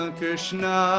Krishna